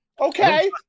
Okay